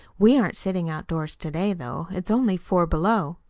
we aren't sitting outdoors to-day, though. it's only four below!